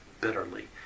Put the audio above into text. bitterly